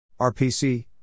RPC